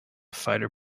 fighter